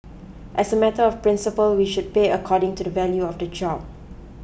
as a matter of principle we should pay according to the value of the job